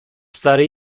stary